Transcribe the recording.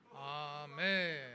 Amen